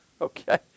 Okay